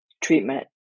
treatment